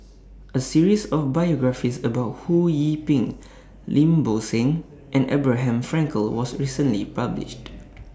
A series of biographies about Ho Yee Ping Lim Bo Seng and Abraham Frankel was recently published